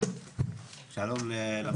שלום לירון.